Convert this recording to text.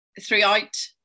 throughout